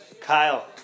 Kyle